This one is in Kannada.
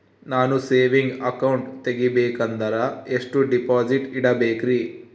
ನಾನು ಸೇವಿಂಗ್ ಅಕೌಂಟ್ ತೆಗಿಬೇಕಂದರ ಎಷ್ಟು ಡಿಪಾಸಿಟ್ ಇಡಬೇಕ್ರಿ?